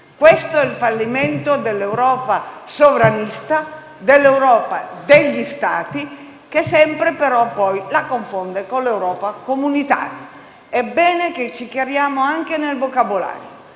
Questo è il fallimento dell'Europa sovranista, dell'Europa degli Stati che sempre, però, viene confusa con l'Europa comunitaria (è bene che ci chiariamo anche nel vocabolario)